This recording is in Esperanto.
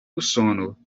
usono